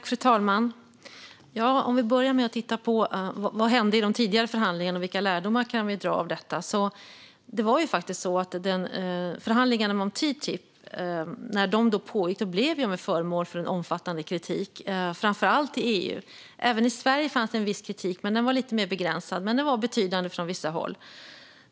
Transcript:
Fru talman! Vi kan börja med att titta på vad som hände i de tidigare förhandlingarna och vilka lärdomar vi kan dra av det. Det var faktiskt så att förhandlingarna om TTIP medan de pågick blev föremål för en omfattande kritik, framför allt i EU. Även i Sverige fanns en viss kritik, men den var lite mer begränsad. Den var dock betydande från vissa håll.